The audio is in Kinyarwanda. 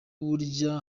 burya